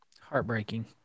Heartbreaking